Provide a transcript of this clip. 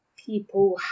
People